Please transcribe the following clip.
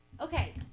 Okay